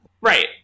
right